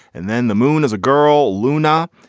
and then the moon is a girl luna.